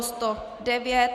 109.